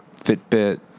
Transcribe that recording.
Fitbit